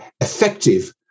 effective